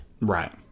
Right